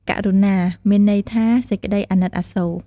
ករុណា មានន័យថា សេចក្តីអាណិតអាសូរ។